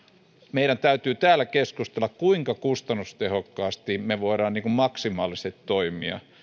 meidän täytyy täällä keskustella kuinka kustannustehokkaasti me voimme maksimaalisesti toimia